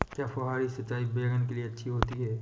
क्या फुहारी सिंचाई बैगन के लिए अच्छी होती है?